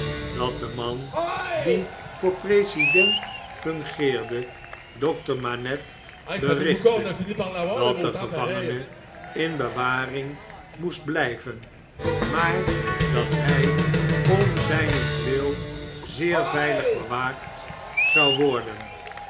dat de man die voor president fungeerde dokter manette berichtte dat de gevangene in bewaring moest bljjven maar dat hij om zjjnentwil zeer veilig bewaakt zou worden